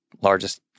largest